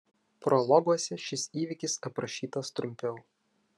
prologuose šis įvykis aprašytas trumpiau